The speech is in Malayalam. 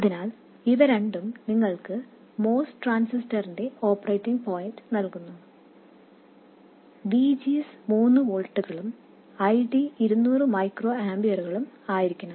അതിനാൽ ഇവ രണ്ടും നിങ്ങൾക്ക് MOS ട്രാൻസിസ്റ്ററിന്റെ ഓപ്പറേറ്റിംഗ് പോയിന്റ് നല്കുന്നു VGS 3 വോൾട്ടും ID 200 മൈക്രോ ആമ്പിയറും ആയിരിക്കണം